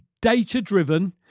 data-driven